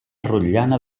rotllana